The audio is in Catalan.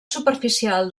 superficial